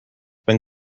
been